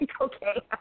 okay